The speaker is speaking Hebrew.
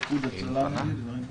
איגוד הצלה, נגיד, ודברים כאלה.